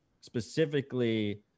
Specifically